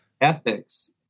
ethics